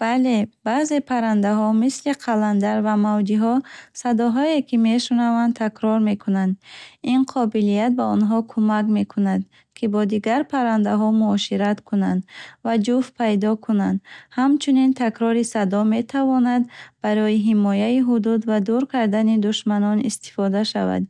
Бале, баъзе паррандаҳо, мисли қаландар ва мавҷиҳо, садоҳое, ки мешунаванд, такрор мекунанд. Ин қобилият ба онҳо кӯмак мекунад, ки бо дигар паррандаҳо муошират кунанд ва ҷуфт пайдо кунанд. Ҳамчунин, такрори садо метавонад барои ҳимояи ҳудуд ва дур кардани душманон истифода шавад.